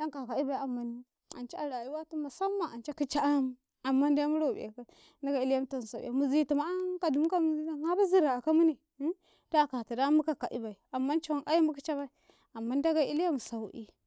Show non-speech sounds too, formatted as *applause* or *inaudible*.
yanka ka'ibai amman, ance a rayuwatum musamman ance kica ayam, amman de mu ro eka ndagai iletum sau'i mizitum ayam ka dum ka mizitum harmun ziraka mune *hesitation* da akata muka ka'ibai, amman cawan ai mu kice bai amman dagei ilemu sau'i.